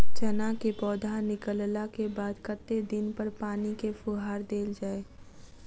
चना केँ पौधा निकलला केँ बाद कत्ते दिन पर पानि केँ फुहार देल जाएँ?